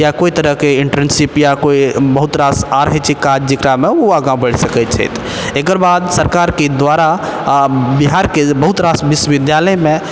या कोइ तरहके इन्टर्नशिप या कोइ बहुत रास आर होइ छै काज जेकरामे ओ आगाँ बढ़ि सकैत छथि एकरबाद सरकारके दुआरा आ बिहारके बहुत रास विश्विद्यालयमे